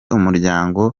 umuryango